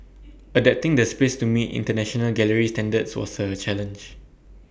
adapting the space to meet International gallery standards was A challenge